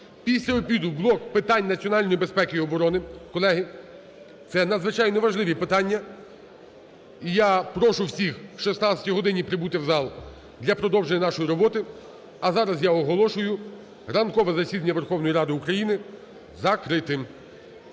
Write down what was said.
Після обіду – блок питань національної безпеки і оброни, колеги, це надзвичайно важливі питання. І я прошу всіх в 16 годині прибути в зал для продовження нашої роботи. А зараз я оголошую ранкове засідання Верховної Ради України закритим.